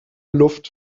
luft